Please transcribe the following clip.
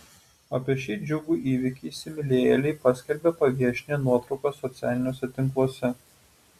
apie šį džiugų įvykį įsimylėjėliai paskelbė paviešinę nuotraukas socialiniuose tinkluose